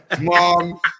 Mom